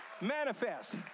manifest